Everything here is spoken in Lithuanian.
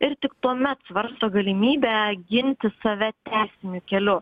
ir tik tuomet svarsto galimybę ginti save tesiniu keliu